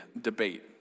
debate